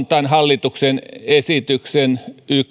tämän hallituksen esityksen